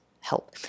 help